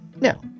Now